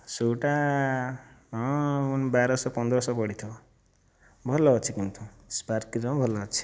ସୁ'ଟା ହଁ ବାରଶହ ପନ୍ଦରଶହ ପଡ଼ିଥିବ ଭଲ ଅଛି କିନ୍ତୁ ସ୍ପାର୍କିର ଭଲ ଅଛି